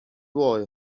boy